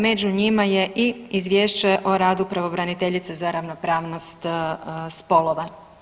Među njima je i Izvješće o radu pravobraniteljice za ravnopravnost spolova.